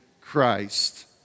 christ